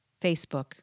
Facebook